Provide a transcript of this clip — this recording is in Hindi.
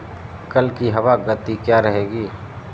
कल की हवा की गति क्या रहेगी?